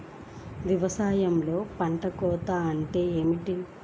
వ్యవసాయంలో పంట కోత అంటే ఏమిటి?